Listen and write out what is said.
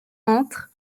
entre